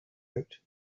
out